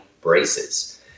braces